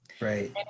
Right